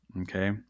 Okay